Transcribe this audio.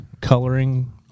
coloring